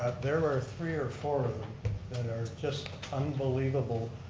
there were three or four that are just unbelievable,